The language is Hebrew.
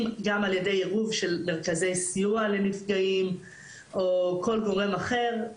אם גם על ידי עירוב של נפגעי סיוע לנפגעים או כל גורם אחר,